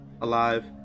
alive